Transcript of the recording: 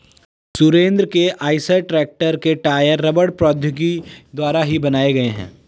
सुरेंद्र के Eicher tractor के tyre रबड़ प्रौद्योगिकी द्वारा ही बनाए गए हैं